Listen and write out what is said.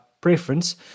preference